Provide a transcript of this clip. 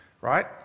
right